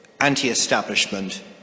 anti-establishment